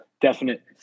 definite